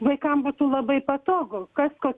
vaikams būtų labai patogu kas ko